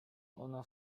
ona